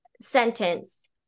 sentence